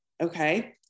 okay